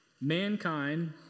mankind